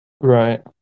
Right